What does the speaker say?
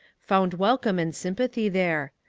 found wel come and sympathy there.